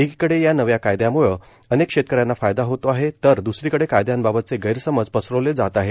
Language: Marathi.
एकीकडं या नव्या कायद्यामुळं अनेक शेतकऱ्यांना फायदा होतो आहे तर द्सरीकडं कायद्यांबाबतचे गैरसमज पसरवले जात आहेत